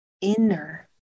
inner